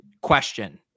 question